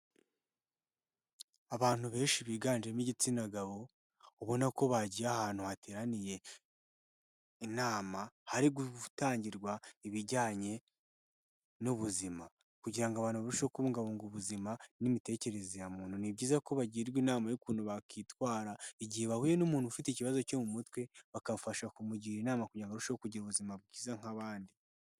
Abantu benshi biganjemo igitsina gabo, ubona ko bagiye ahantu hateraniye inama, hari gutangirwa ibijyanye n'ubuzima kugira ngo abantu barusheho kubungabunga ubuzima n'imitekerereze ya muntu, ni byiza ko bagirwa inama y'ukuntu bakwitwara igihe bahuye n'umuntu ufite ikibazo cyo mu mutwe, bakabafasha kumugira inama kugira arusheho kugira ubuzima bwiza nk'abandi.